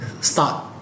start